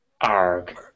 Arg